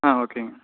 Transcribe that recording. ஆ ஓகேங்க